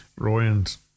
Royans